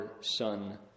son